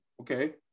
Okay